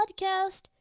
podcast